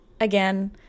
again